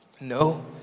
no